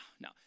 no